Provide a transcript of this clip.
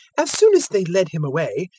as soon as they led him away,